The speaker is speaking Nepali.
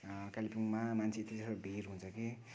कालेबुङमा मान्छे यति साह्रो भिड हुन्छ कि